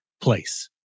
place